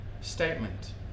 statement